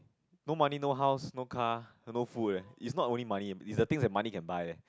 no money no house no car no food eh is not only money is the things that money can buy eh